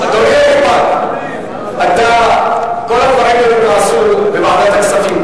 אדוני הנכבד, כל הדברים האלה נעשו בוועדת הכספים.